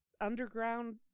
underground